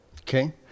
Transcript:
Okay